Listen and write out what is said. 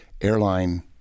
airline